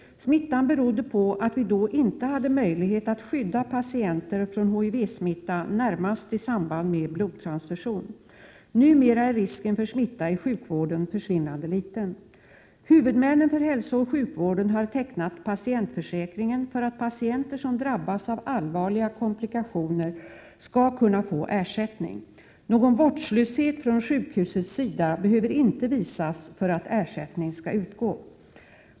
Smittan berodde på att vi då inte hade möjlighet att skydda patienter från HTV-smitta, närmast i samband med blodtransfusion. Numera är risken för smitta i sjukvården försvinnande liten. Huvudmännen för hälsooch sjukvården har tecknat patientförsäkringen för att patienter som drabbas av allvarliga komplikationer skall kunna få ersättning. Någon vårdslöshet från sjukhusets sida behöver inte visas för att ersättning skall utgå.